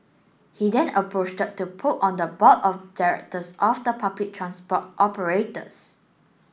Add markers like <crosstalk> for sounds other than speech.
he then <unintelligible> to poke on the board of directors of the public transport operators